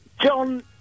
John